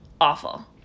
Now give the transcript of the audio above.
Awful